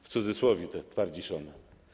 W cudzysłowie te twardziszony.